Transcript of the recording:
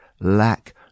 lack